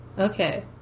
Okay